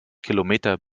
kilometer